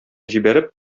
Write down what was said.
җибәреп